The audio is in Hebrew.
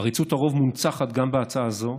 עריצות הרוב מונצחת גם בהצעה זו,